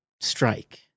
strike